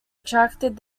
attracted